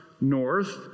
north